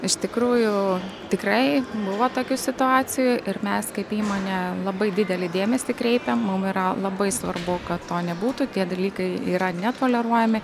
iš tikrųjų tikrai buvo tokių situacijų ir mes kaip įmonė labai didelį dėmesį kreipiam mum yra labai svarbu kad to nebūtų tie dalykai yra netoleruojami